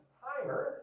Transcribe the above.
timer